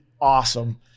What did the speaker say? awesome